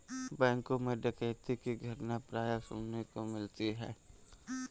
बैंकों मैं डकैती की घटना प्राय सुनने को मिलती है